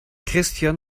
christian